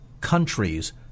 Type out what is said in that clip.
countries